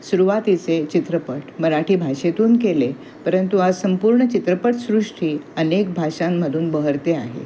सुरवातीचे चित्रपट मराठी भाषेतून केले परंतु आज संपूर्ण चित्रपटसृष्टी अनेक भाषांमधून बहरते आहे